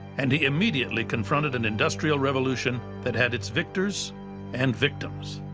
and he immediately confronted an industrial revolution that had its victors and victims.